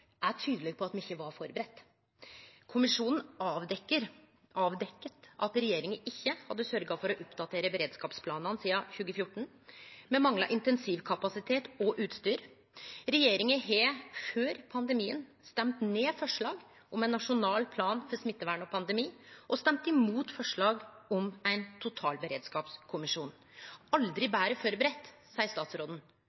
er tydeleg på at me ikkje var førebudde. Kommisjonen avdekte at regjeringa ikkje hadde sørgt for å oppdatere beredskapsplanane sidan 2014. Me mangla intensivkapasitet og utstyr. Regjeringspartia har før pandemien stemt ned forslag om ein nasjonal plan for smittevern og pandemi og stemt imot forslag om ein totalberedskapskommisjon. Aldri